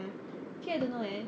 actually I don't know leh